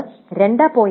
9 2